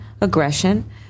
aggression